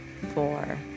four